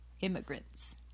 immigrants